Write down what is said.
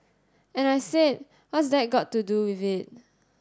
and I said What's that got to do with it